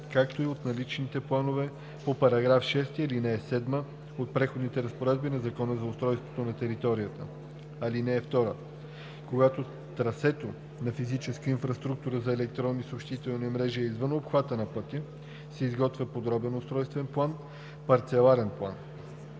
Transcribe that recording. както и от наличните планове по § 6, ал. 7 от Преходните разпоредби на Закона за устройство на територията. (2) Когато трасето на физическата инфраструктура за електронни съобщителни мрежи е извън обхвата на пътя, се изготвя подробен устройствен план – парцеларен план.